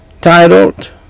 Titled